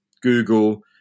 Google